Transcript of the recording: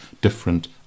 different